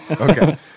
okay